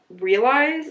realize